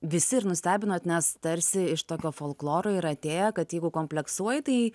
visi ir nustebinot nes tarsi iš tokio folkloro ir atėjo kad jeigu kompleksuoji tai